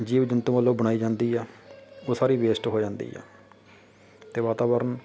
ਜੀਵ ਜੰਤੂ ਵੱਲੋਂ ਬਣਾਈ ਜਾਂਦੀ ਆ ਉਹ ਸਾਰੀ ਵੇਸਟ ਹੋ ਜਾਂਦੀ ਆ ਅਤੇ ਵਾਤਾਵਰਨ